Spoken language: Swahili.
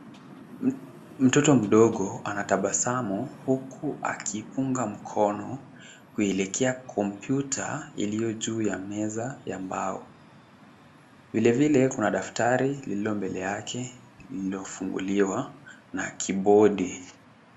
Mtoto mdogo anatabasamu ,huku akipunga mkono ,kuelekea komputa iliyojuu ya meza ya mbao. Vile vile kuna daftari lililo mbele yake ,lililofunguliwa na keyboardi .